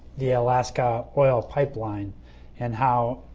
the alaska oil pipeline and how,